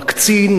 מקצין,